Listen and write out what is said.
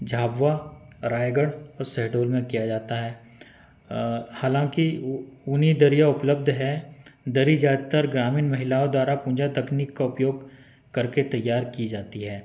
झाबवा रायगढ़ और शहडोल में किया जाता है हालाँकि ऊ ऊनी दरियाँ उपलब्ध हैं दरी ज्यादातर ग्रामीण महिलाओं द्वारा पूंजा तकनीक का उपयोग करके तैयार की जाती है